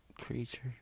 Creature